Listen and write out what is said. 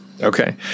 Okay